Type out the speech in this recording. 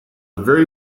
very